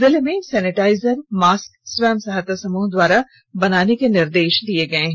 जिले में sanitiser mask स्वंय सहायता समूह द्वारा बनाने के निर्देश दिए गए हैं